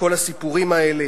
כל הסיפורים האלה.